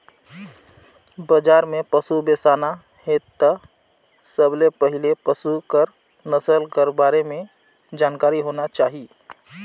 बजार में पसु बेसाना हे त सबले पहिले पसु कर नसल कर बारे में जानकारी होना चाही